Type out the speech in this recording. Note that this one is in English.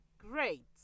Great